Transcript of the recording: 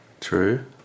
True